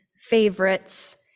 favorites